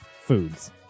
foods